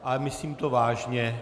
Ale myslím to vážně.